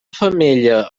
femella